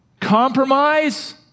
compromise